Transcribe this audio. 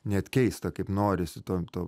net keista kaip norisi to to